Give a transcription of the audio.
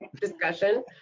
Discussion